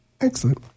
Excellent